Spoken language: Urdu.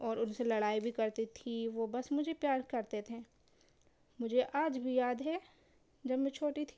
اور ان سے لڑائی بھی کرتی تھی وہ بس مجھے پیار کرتے تھے مجھے آج بھی یاد ہے جب میں چھوٹی تھی